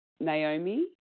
Naomi